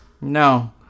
no